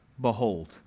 Behold